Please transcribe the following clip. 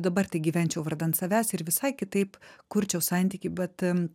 dabar tai gyvenčiau vardan savęs ir visai kitaip kurčiau santykį bet